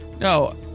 No